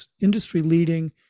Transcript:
industry-leading